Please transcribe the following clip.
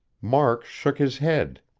mark shook his head.